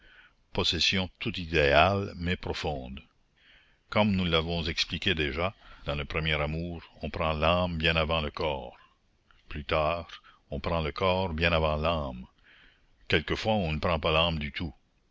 possession tout idéale mais profonde comme nous l'avons expliqué déjà dans le premier amour on prend l'âme bien avant le corps plus tard on prend le corps bien avant l'âme quelquefois on ne prend pas l'âme du tout